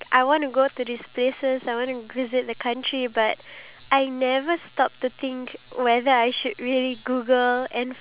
what's your favourite country then they will just throw out like some country but they've never really been to that country itself